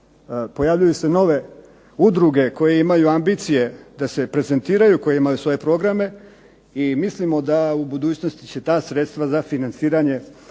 pojavljuju se nove udruge koje imaju ambicije da se prezentiraju, koje imaju svoje programe i mislimo da u budućnosti će ta sredstva za financiranje